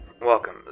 welcome